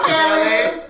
Kelly